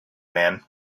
man